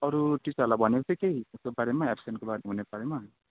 अरू टिचरलाई भनेको थियौ केही यसको बारेमा एब्सेन्टको बारे हुने बारेमा